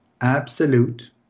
absolute